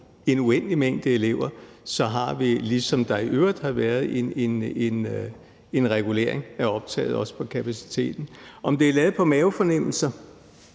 en uendelig mængde elever, har vi, ligesom der i øvrigt har været, en regulering af optaget også på kapaciteten. Om det er lavet på mavefornemmelser?